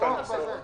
השכר של העובדים?